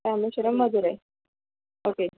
Rameswaram Madurai okay